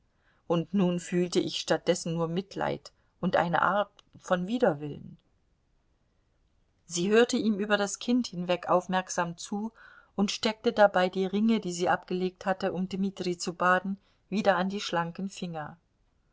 und nun fühlte ich statt dessen nur mitleid und eine art von widerwillen sie hörte ihm über das kind hinweg aufmerksam zu und steckte dabei die ringe die sie abgelegt hatte um dmitri zu baden wieder an die schlanken finger